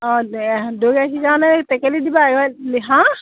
অঁ দৈ গাখীৰ কাৰণে টেকেলি দিবা হা